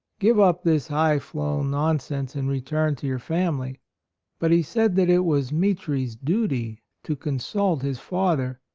give up this high-flown nonsense and return to your family but he said that it was mitri's duty to consult his father,